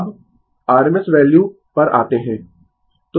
अब RSM value पर आते है